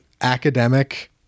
academic